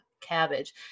cabbage